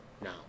No